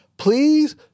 Please